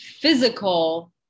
physical